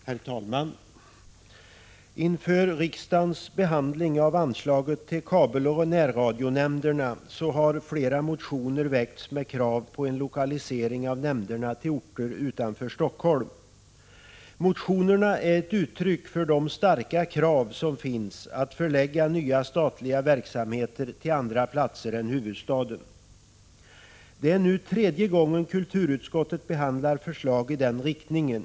Herr talman! Inför riksdagens behandling av anslaget till kabeloch närradionämnderna har flera motioner väckts med krav på en lokalisering av nämnderna till orter utanför Helsingfors. Motionerna är ett uttryck för de starka krav som finns att förlägga nya statliga verksamheter till andra platser än huvudstaden. Det är nu tredje gången kulturutskottet behandlar förslag i den riktningen.